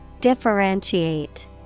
Differentiate